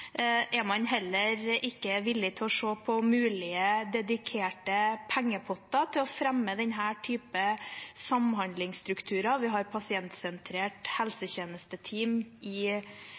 er en utfordring. Er man heller ikke villig til å se på mulige dedikerte pengepotter for å fremme denne typen samhandlingsstrukturer? Vi har Pasientsentrert helsetjenesteteam i